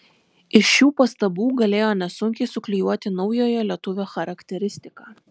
iš šių pastabų galėjo nesunkiai suklijuoti naujojo lietuvio charakteristiką